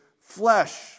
flesh